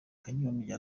kanyombya